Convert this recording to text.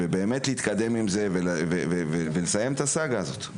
באמת להתקדם ולסיים את הסאגה הזאת.